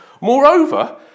Moreover